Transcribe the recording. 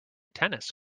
tennis